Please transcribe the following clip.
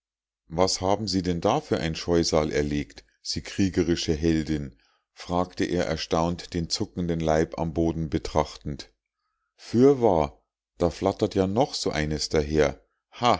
was haben sie denn da für ein scheusal erlegt sie kriegerische heldin fragte er erstaunt den zuckenden leib am boden betrachtend fürwahr da flattert ja noch so eines daher